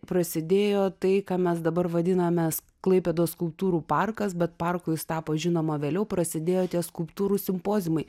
prasidėjo tai ką mes dabar vadinamės klaipėdos skulptūrų parkas bet parku jis tapo žinoma vėliau prasidėjo tie skulptūrų simpoziumai